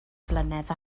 flynedd